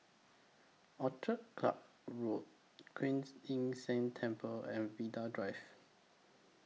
Orchid Club Road Kuan Yin San Temple and Vanda Drive